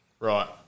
Right